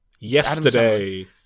Yesterday